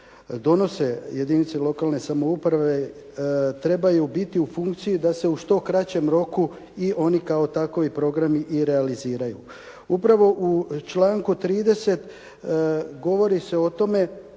donose jedinice lokalne samouprave trebaju biti u funkciji da se u što kraćem roku i oni kao takovi programi i realiziraju. Upravo u članku 30. govori se o tome